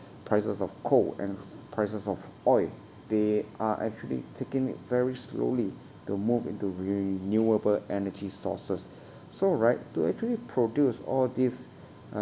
prices of coal and prices of oil they are actually taking it very slowly to move into renewable energy sources so right to actually produce all these uh